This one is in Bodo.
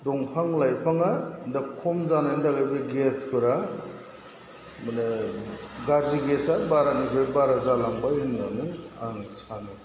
दंफां लाइफांआ दा खम जानायनि थाखाय बे गेसफोरा माने गाज्रि गेसआ बारानिफ्राय बारा जालांबाय होननानै आं साननो